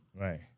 right